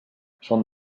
són